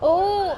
oh